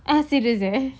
ah serious eh